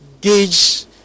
gauge